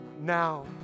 now